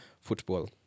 football